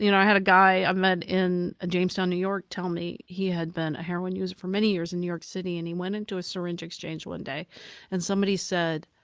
you know i had a guy i met in jamestown, new york, tell me he had been a heroin user for many years in new york city and he went into a syringe exchange one day and somebody said,